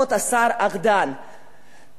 לא היה יותר פשוט,